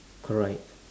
correct